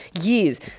years